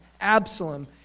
Absalom